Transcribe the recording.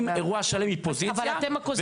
אירוע שלם מפוזיציה -- אבל אתם הקוזאק.